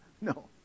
No